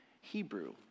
Hebrew